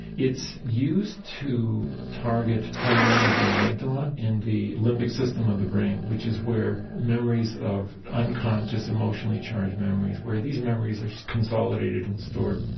it's used to target primarily the amygdala and the limbic system of the brain, which is where memories of unconscious emotionally charged memories, where these memories are consolidated and stored.